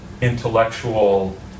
intellectual